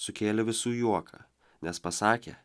sukėlė visų juoką nes pasakė